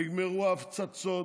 נגמרו ההפצצות.